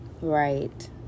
right